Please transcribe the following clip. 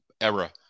era